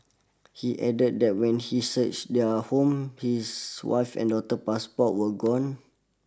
he added that when he searched their home his wife's and daughter's passports were gone